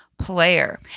player